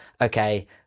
okay